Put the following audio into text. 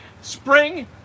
Spring